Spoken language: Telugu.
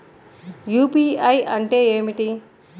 యూ.పీ.ఐ అంటే ఏమిటీ?